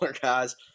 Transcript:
guys